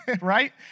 right